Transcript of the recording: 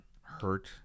hurt